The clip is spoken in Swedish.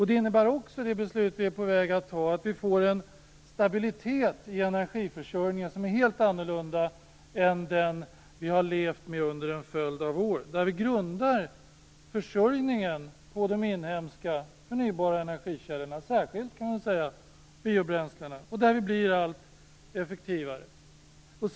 Det beslut vi är på väg att fatta innebär också att vi får en stabilitet i energiförsörjningen som är helt annorlunda än den vi har levt med under en följd av år. Vi grundar försörjningen på de inhemska förnybara energikällorna, särskilt biobränslen. Vi kommer att bli allt effektivare där.